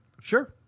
Sure